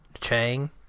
Chang